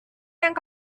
yang